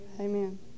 amen